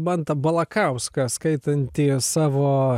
mantą balakauską skaitantį savo